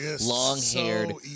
long-haired